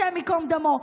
השם ייקום דמו.